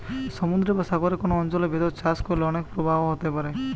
সমুদ্রের বা সাগরের কোন অঞ্চলের ভিতর চাষ করলে অনেক প্রভাব হতে পারে